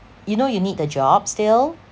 you know you need the job still